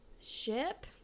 ship